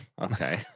okay